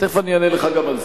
תיכף אני אענה לך גם על זה.